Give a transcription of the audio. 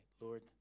Lord